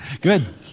Good